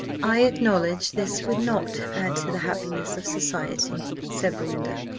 i acknowledge this would not add to the happiness of society, said belinda.